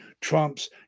Trump's